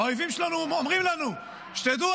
האויבים שלנו אומרים לנו: שתדעו,